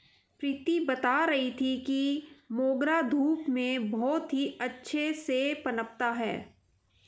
प्रीति बता रही थी कि मोगरा धूप में बहुत ही अच्छे से पनपता है